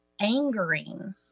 angering